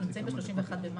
אנחנו ב-31 במאי,